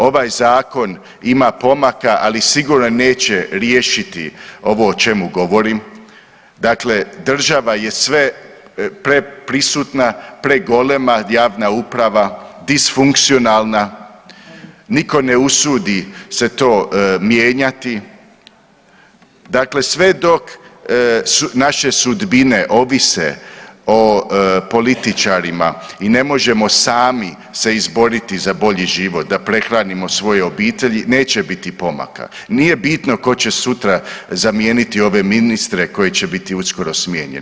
Ovaj zakon ima pomaka, ali sigurno neće riješiti ovo o čemu govorim, dakle država je sveprisutna, pregolema javna uprava, disfunkcionalna, niko ne usudi se to mijenjati, dakle sve dok naše sudbine ovise o političarima i ne možemo sami se izboriti za bolji život da prehranimo svoje obitelji neće biti pomaka, nije bitno ko će sutra zamijeniti ove ministre koji će biti uskoro smijenjeni.